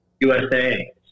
USA